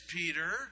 Peter